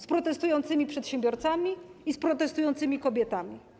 Z protestującymi przedsiębiorcami i protestującymi kobietami.